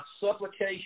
supplication